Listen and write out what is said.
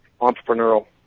Entrepreneurial